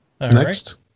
Next